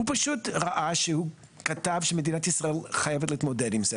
הוא פשוט כתב שמדינת ישראל חייבת להתמודד עם זה.